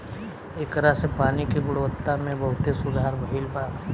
ऐकरा से पानी के गुणवत्ता में बहुते सुधार भईल बा